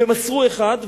מסרו אחד,